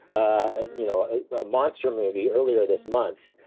ah you know a monster movie earlier this month,